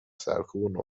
سرکوب